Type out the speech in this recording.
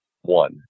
one